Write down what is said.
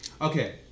Okay